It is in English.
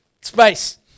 Space